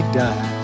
die